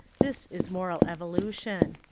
this is moral evolution.